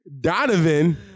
Donovan